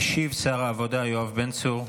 משיב שר העבודה יואב בן צור.